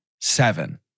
Seven